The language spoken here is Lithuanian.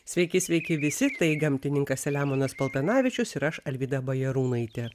sveiki sveiki visi tai gamtininkas selemonas paltanavičius ir aš alvyda bajarūnaitė